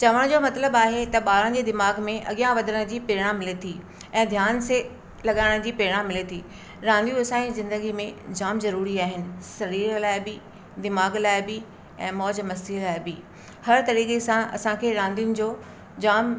चवण जो मतिलबु आहे त ॿारनि जी दिमाग़ में अॻियां वधण जी प्रेरणा मिले थी ऐं ध्यान से लॻाइण जी प्रेरणा मिले थी रांदियूं असांजी ज़िंदगी में जाम जरूरी आहिनि शरीर लाइ बि दिमाग़ लाइ बि ऐं मौज मस्ती लाइ बि हर तरीक़े सां असांखे रांदियुनि जो जाम